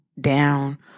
down